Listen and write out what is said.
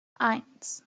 eins